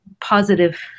positive